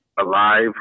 alive